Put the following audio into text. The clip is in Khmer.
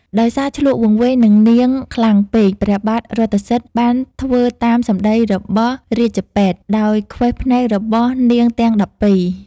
ដោយសារឈ្លក់វង្វេងនឹងនាងខ្លាំងពេក ព្រះបាទរថសិទ្ធិបានធ្វើតាមសម្តីរបស់រាជពេទ្យ ដោយខ្វេះភ្នែករបស់នាងទាំង១២។